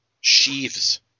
sheaves